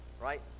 right